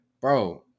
bro